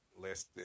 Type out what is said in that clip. less